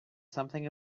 something